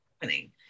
happening